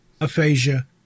aphasia